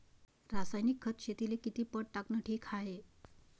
रासायनिक खत शेतीले किती पट टाकनं ठीक हाये?